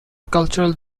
cultural